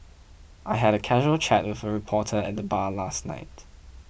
I had a casual chat with a reporter at the bar last night